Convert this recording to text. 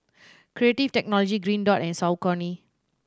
Creative Technology Green Dot and Saucony